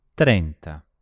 Trenta